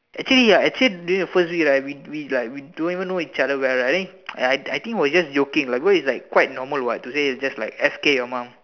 actually ya actually during the first we right we we right we don't even know each other well right I think we are just joking lah because it's like quite normal what to say F K your mom